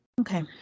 Okay